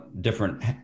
different